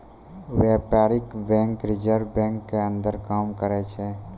व्यपारीक bank reserve bank के अंदर काम करै छै